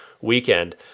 weekend